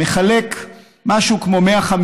מחלק משהו כמו 150,